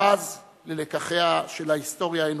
בז ללקחיה של ההיסטוריה האנושית,